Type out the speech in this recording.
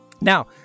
Now